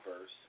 verse